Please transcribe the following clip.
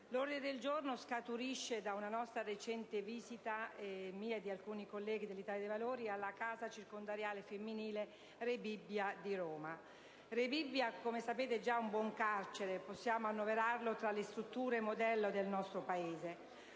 di illustrarlo) scaturisce da una nostra recente visita - mia e di alcuni colleghi dell'Italia dei Valori - alla casa circondariale femminile di Rebibbia di Roma. Rebibbia, come sapete, rappresenta già un buon carcere, che possiamo annoverare tra le strutture modello del nostro Paese,